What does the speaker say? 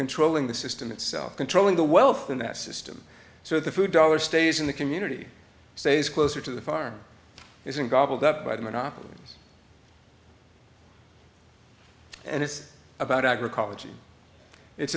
controlling the system itself controlling the wealth in that system so the food dollar stays in the community say is closer to the farm isn't gobbled up by the monopolies and it's about agriculture